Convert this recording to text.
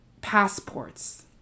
passports